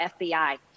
FBI